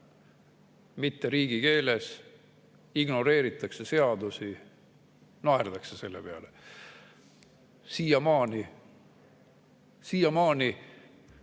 mitte riigikeeles, ignoreeritakse seadusi, naerdakse selle peale. Siiamaani! Siiamaani